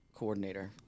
coordinator